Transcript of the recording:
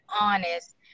honest